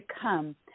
come